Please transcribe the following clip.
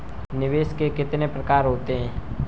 निवेश के कितने प्रकार होते हैं?